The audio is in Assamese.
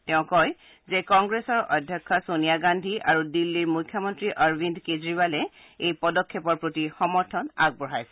তেওঁ কয় যে কংগ্ৰেছৰ অধ্যক্ষ ছোনিয়া গান্ধী আৰু দিল্লীৰ মুখ্যমন্ত্ৰী অৰবিন্দ কেজৰিৱালে এই পদক্ষেপৰ প্ৰতি সমৰ্থন আগবঢ়াইছে